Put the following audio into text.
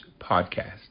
Podcast